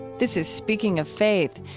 this is speaking of faith.